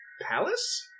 palace